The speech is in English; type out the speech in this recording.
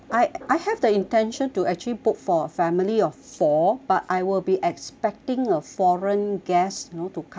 I have the intention to actually book for family of four but I will be expecting a foreign guest know to come in